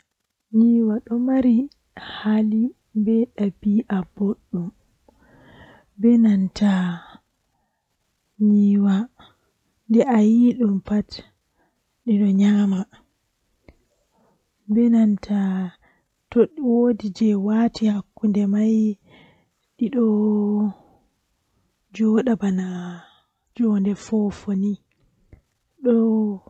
Ndikkinami mi yaha duubi temerre didi ko warata ngam kanjum mi anda dume fe'ata haa ton amma duubi temerre didi ko saali kooda mi laarai ni midon nana habaruji haa defte nden midon laara feere haa tiivi bedon holla ndaa ko fe'e ko saali ngamman mi